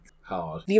hard